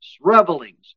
revelings